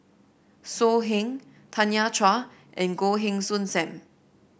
So Heng Tanya Chua and Goh Heng Soon Sam